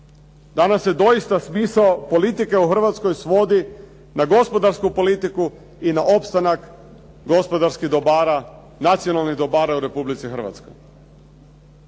Danas se doista smisao politike u Hrvatskoj svodi na gospodarsku politiku i na opstanak gospodarskih dobara, nacionalnih dobara u Republici Hrvatskoj.